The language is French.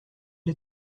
est